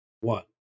one